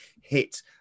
hit